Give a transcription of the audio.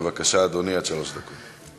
בבקשה, אדוני, עד שלוש דקות.